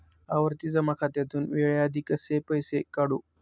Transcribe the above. आवर्ती जमा खात्यातून वेळेआधी कसे पैसे काढू?